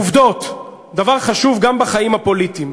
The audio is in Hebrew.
עובדות, דבר חשוב גם בחיים הפוליטיים.